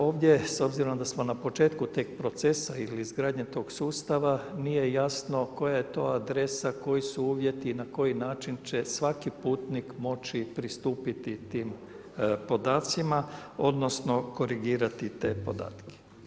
Ovdje s obzirom da smo na početku tek proces ili izgradnje tog sustava, nije jasno koja je to adresa, koji su uvjeti i na koji način će svaki putnik moći pristupiti tim podacima odnosno korigirati te podatke.